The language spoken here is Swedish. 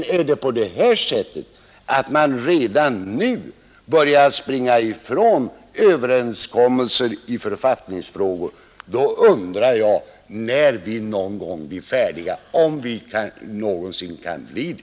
Börjar man emellertid redan nu springa ifrån överenskommelser i författningsfrågor då undrar jag när vi blir färdiga — om vi någonsin kan bli det.